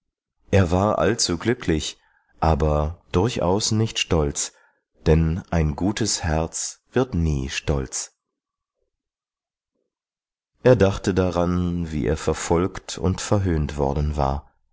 er war allzu glücklich aber durchaus nicht stolz denn ein gutes herz wird nie stolz er dachte daran wie er verfolgt und verhöhnt worden war